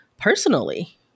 personally